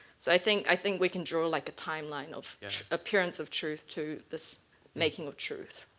so i think i think we can draw like a timeline of appearance of truth to this making of truth.